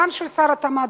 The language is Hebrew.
גם של שר התמ"ת,